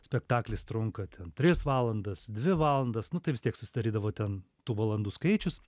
spektaklis trunka ten tris valandas dvi valandas nu tai vis tiek susidarydavo ten tų valandų skaičius